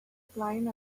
flaen